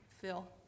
Phil